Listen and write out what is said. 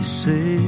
say